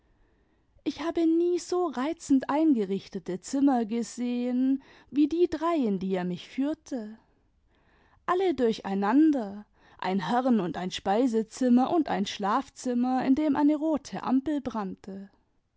ich habe nie so reizend eingerichtete zimmer gesehen wie die drei in die er mich führte alle durcheinander ein herren und ein speisezimmer und ein schlafzimmer in dem eine rote ampel brannte